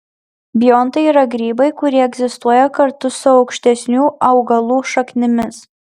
biontai yra grybai kurie egzistuoja kartu su aukštesnių augalų šaknimis